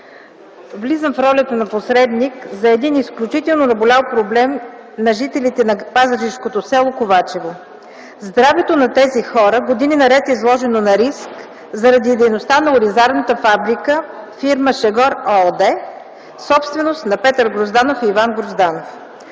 Влизам в ролята на посредник за един изключително наболял проблем за жителите на пазарджишкото село Ковачево. Здравето на тези хора години наред е изложено на риск заради дейността на оризарната фабрика, фирма „Шегор” ООД, собственост на Петър Грозданов и Иван Грозданов.